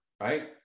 right